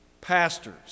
pastors